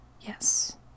Yes